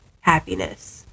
happiness